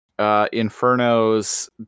Inferno's